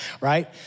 right